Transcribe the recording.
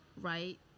right